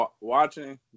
Watching